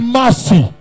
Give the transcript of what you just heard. mercy